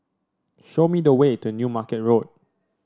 show me the way to New Market Road